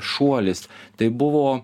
šuolis tai buvo